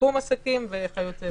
לשיקום עסקים וכיוצא בזה.